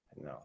No